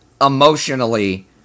emotionally